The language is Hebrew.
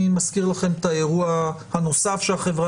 אני מזכיר לכם את האירוע הנוסף שהחברה